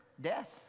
death